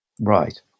Right